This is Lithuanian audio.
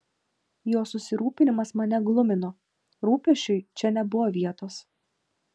jo susirūpinimas mane glumino rūpesčiui čia nebuvo vietos